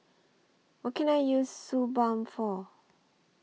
What Can I use Suu Balm For